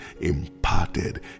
imparted